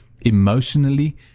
emotionally